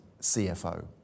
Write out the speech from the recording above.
CFO